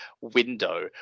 window